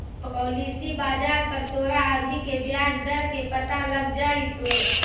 policy बाजार पर तोरा अभी के ब्याज दर के पता लग जाइतो